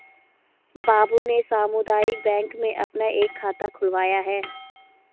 बाबू ने सामुदायिक बैंक में अपना एक खाता खुलवाया है